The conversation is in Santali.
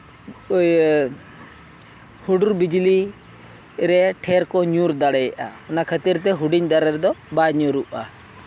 ᱤᱭᱟᱹ ᱦᱩᱰᱩᱨ ᱵᱤᱡᱽᱞᱤ ᱨᱮ ᱴᱷᱮᱨ ᱠᱚ ᱧᱩᱨ ᱫᱟᱲᱮᱭᱟᱜᱼᱟ ᱚᱱᱟ ᱠᱷᱟᱹᱛᱤᱨ ᱛᱮ ᱦᱩᱰᱤᱧ ᱫᱟᱨᱮ ᱨᱮᱫᱚ ᱵᱟᱝ ᱧᱩᱨᱩᱜᱼᱟ